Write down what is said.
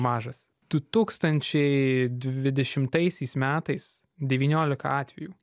mažas du tūkstančiai dvidešimtaisiais metais devyniolika atvejų